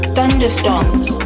Thunderstorms